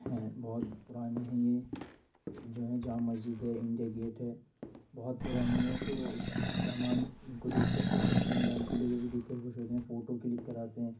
ہیں بہت پُرانے ہیں یہ جو ہے جامع مسجد ہے اِنڈیا گیٹ ہے بہت پُرانی ہے تو مہمان اُن کو دیکھ کر خوش ہوتے ہیں لال قلعے کو بھی دیکھ کے خوش ہوتے ہیں فوٹو کِلک کراتے ہیں